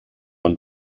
und